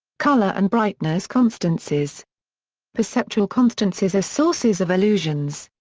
color and brightness constancies perceptual constancies are sources of illusions.